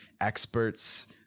experts